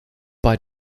bei